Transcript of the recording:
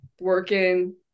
working